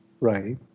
Right